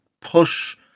push